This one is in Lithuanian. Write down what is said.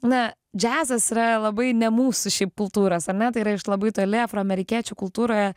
na džiazas yra labai ne mūsų šiaip kultūros ar ne tai yra iš labai toli afroamerikiečių kultūroje